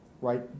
right